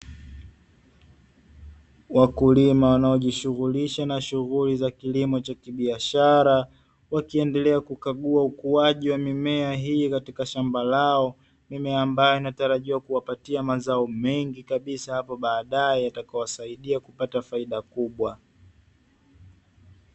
Wakulima wanaojishughulisha na shughuli za kilimo cha kibiashara wakiendelea kukaguwa ukuwaji wa mimea, hii katika shamba lao mimea ambàyo inatarajia kuwapatia mazao mengi hapo badae yatakayo wasaidia kupata faida kubwa.